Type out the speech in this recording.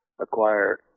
acquire